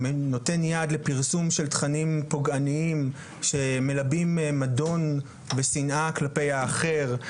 הוא נותן יד לפרסום של תכנים פוגעניים שמלבים מדון ושנאה כלפיי האחר,